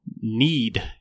need